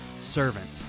servant